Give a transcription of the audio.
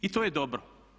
I to je dobro.